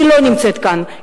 היא לא נמצאת כאן,